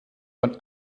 von